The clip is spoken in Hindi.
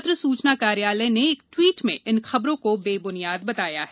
पत्र सूचना कार्यालय ने एक ट्वीट में इन खबरों को बेबुनियाद बताया है